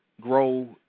grow